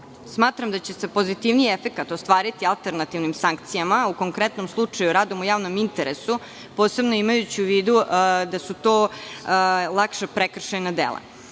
efekte. Smatram da će se pozitivniji efekat ostvariti alternativnim sankcijama, u konkretnom slučaju, radom u javnom interesu, posebno, imajući u vidu da su to lakša prekršajna dela.